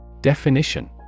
Definition